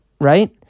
right